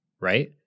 right